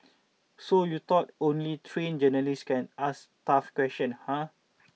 so you thought only trained journalists can ask tough question huh